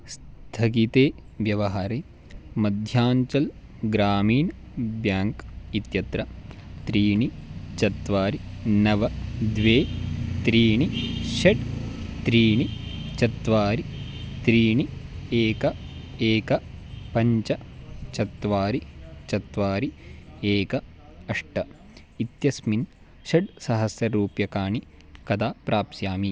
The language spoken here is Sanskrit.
स्थगिते व्यवहारे मध्याञ्चल् ग्रामीण् ब्याङ्क् इत्यत्र त्रीणि चत्वारि नव द्वे त्रीणि षट् त्रीणि चत्वारि त्रीणि एकम् एकं पञ्च चत्वारि चत्वारि एकम अष्ट इत्यस्मिन् षड्सहस्ररूप्यकाणि कदा प्राप्स्यामि